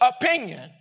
opinion